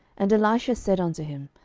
and elisha said unto him,